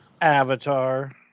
Avatar